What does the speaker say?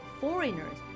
foreigners